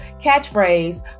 catchphrase